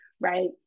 right